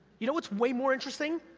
you know what's way more interesting?